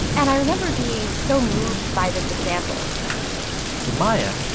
and i remember being so moved by this example to maya,